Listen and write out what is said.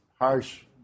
harsh